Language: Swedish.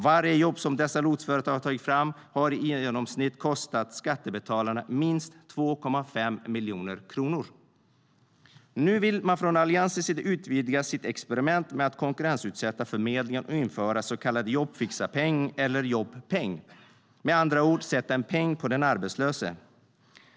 Varje jobb som dessa lotsföretag tagit fram har i genomsnitt kostat skattebetalarna minst 2,5 miljoner kronor. Nu vill man från Alliansens sida utvidga sitt experiment med att konkurrensutsätta förmedlingen och införa så kallad jobbfixarpeng eller jobbpeng, med andra ord sätta en peng på den arbetslöse.